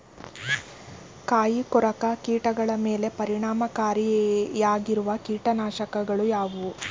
ಕಾಯಿಕೊರಕ ಕೀಟಗಳ ಮೇಲೆ ಪರಿಣಾಮಕಾರಿಯಾಗಿರುವ ಕೀಟನಾಶಗಳು ಯಾವುವು?